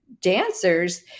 dancers